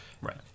Right